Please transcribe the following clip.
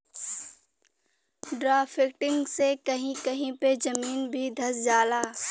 drafting से कही कही पे जमीन भी धंस जाला